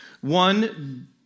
One